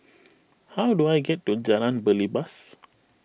how do I get to Jalan Belibas